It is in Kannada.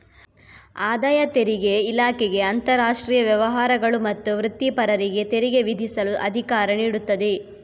ಆದಾಯ ತೆರಿಗೆ ಇಲಾಖೆಗೆ ಅಂತರಾಷ್ಟ್ರೀಯ ವ್ಯವಹಾರಗಳು ಮತ್ತು ವೃತ್ತಿಪರರಿಗೆ ತೆರಿಗೆ ವಿಧಿಸಲು ಅಧಿಕಾರ ನೀಡುತ್ತದೆ